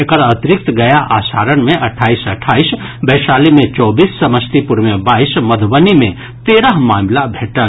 एकर अतिरिक्त गया आ सारण मे अट्ठाईस अट्ठाईस वैशाली मे चौबीस समस्तीपुर मे बाईस मधुबनी मे तेरह मामिला भेटल